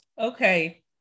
okay